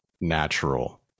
natural